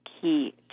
key